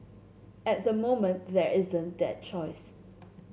at the moment there isn't that choice